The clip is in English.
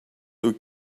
two